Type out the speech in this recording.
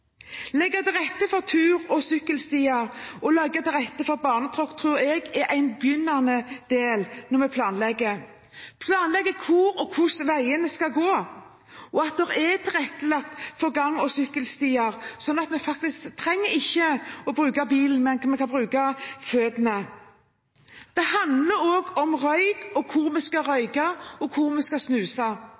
legge til rette for tur- og sykkelstier og legge til rette for barnetråkk tror jeg er en begynnende del når vi planlegger. Vi må planlegge hvor og hvordan veiene skal gå, og sørge for at det er tilrettelagt for gang- og sykkelstier, sånn at vi faktisk ikke trenger å bruke bilen, men kan bruke føttene. Det handler også om røyk og om hvor vi skal røyke, og hvor vi skal snuse.